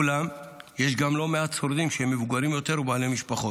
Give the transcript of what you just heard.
אולם יש גם לא מעט שורדים שהם מבוגרים יותר ובעלי משפחות.